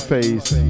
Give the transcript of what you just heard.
Face